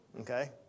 Okay